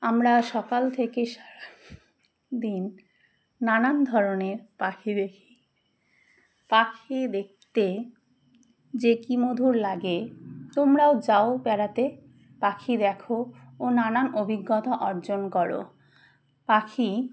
আমরা সকাল থেকে সা দিন নানান ধরনের পাখি দেখি পাখি দেখতে যে কী মধুর লাগে তোমরাও যাও বেড়াতে পাখি দেখো ও নানান অভিজ্ঞতা অর্জন করো পাখি